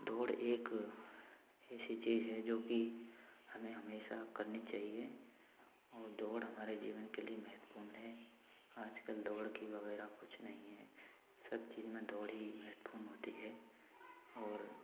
दौड़ एक ऐसी चीज़ है जो हमेशा करनी चाहिए दौड़ हमारे जीवन के लिए महत्वपूर्ण है आजकल दौड़ के वगैरह कुछ नहीं है सब चीज़ में दौड़ ही महत्वपूर्ण होती है और